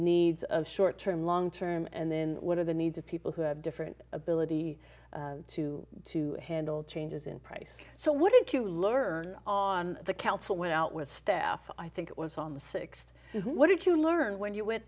needs of short term long term and then what are the needs of people who have different ability to to handle changes in price so what you learn on the council went out with staff i think it was on the th what did you learn when you went